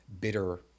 bitter